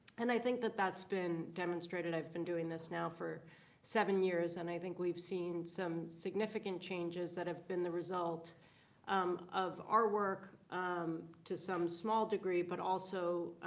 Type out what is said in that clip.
and i think that that's been demonstrated. i've been doing this now for seven years. and i think we've seen some significant changes that have been the result um of our work to some small degree. but also